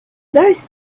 those